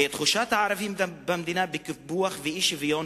תחושת הקיפוח של הערבים במדינה ואי-שוויון